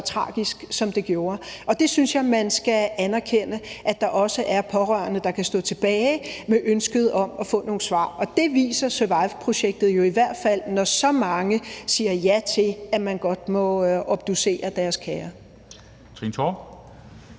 tragisk, som det gjorde. Og jeg synes, at man skal anerkende, at der også er pårørende, der kan stå tilbage med ønsket om at få nogle svar, og det viser SURVIVE-projektet jo i hvert fald, når så mange siger ja til, at man godt må obducere deres kære. Kl.